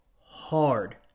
hard